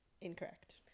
incorrect